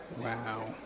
Wow